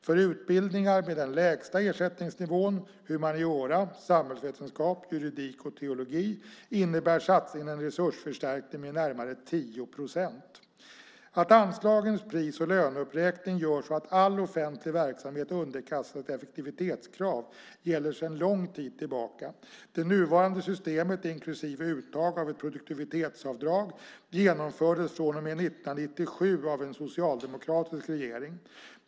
För utbildningar med den lägsta ersättningsnivån - humaniora, samhällsvetenskap, juridik och teologi - innebär satsningen en resursförstärkning med närmare 10 procent. Att anslagens pris och löneuppräkning görs så att all offentlig verksamhet underkastas ett effektivitetskrav gäller sedan lång tid tillbaka. Det nuvarande systemet, inklusive uttag av ett produktivitetsavdrag, genomfördes från och med 1997 av en socialdemokratisk regering.